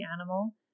animal